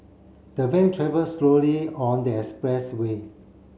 the van travel slowly on the expressway